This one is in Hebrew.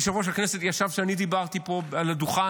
יושב-ראש הכנסת ישב פה כשאני דיברתי על הדוכן: